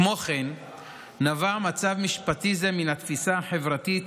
כמו כן נבע מצב משפטי זה מן התפיסה החברתית